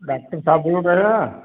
doctor साहब बोल रहे हैं